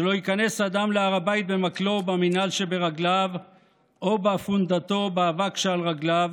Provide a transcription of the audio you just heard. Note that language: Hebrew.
שלא ייכנס אדם להר הבית במקלו ובמנעל או באפונדתו באבק שעל רגליו,